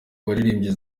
waririmbye